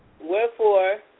wherefore